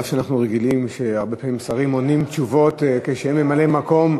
אנחנו רגילים שהרבה פעמים שרים עונים תשובות כממלאי מקום,